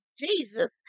Jesus